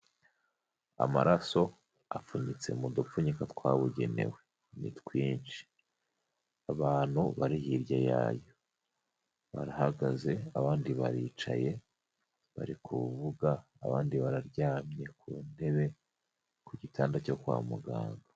Amaraso apfunyitse mu dupfunyika twabugenewe ni twinshi abantu bari hirya yayo barahagaze abandi baricaye bariku kuvuga abandi bararyamye ku ntebe ku gitanda cyo kwa muganga.